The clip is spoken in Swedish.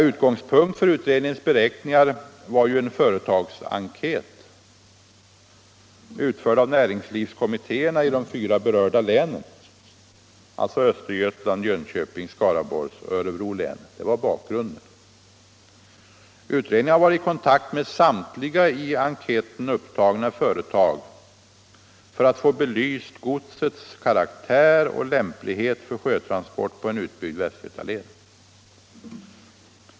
Utgångspunkt för utredningens beräkningar var en företagsenkät utförd av näringslivskommittéerna i de fyra berörda länen; alltså Östergötlands, Jönköpings, Skaraborgs och Örebro län. Det var bakgrunden. Utredningen har varit i kontakt med samtliga i enkäten upptagna företag för att få belyst godsets karaktär och lämplighet för sjötransport på en utbyggd Västgötaled.